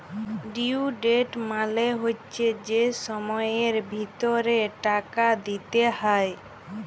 due date মালে হচ্যে যে সময়ের ভিতরে টাকা দিতে হ্যয়